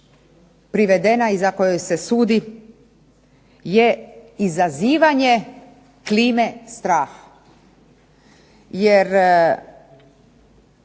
privedena i za koje joj se sudi je izazivanje klime straha jer